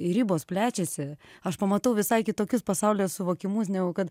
ir ribos plečiasi aš pamatau visai kitokius pasaulyje suvokimus negu kad